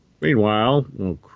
Meanwhile